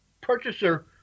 purchaser